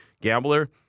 gambler